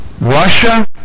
Russia